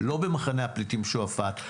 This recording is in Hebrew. לא במחנה הפליטים שועפט,